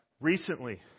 recently